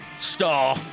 star